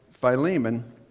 philemon